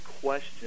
question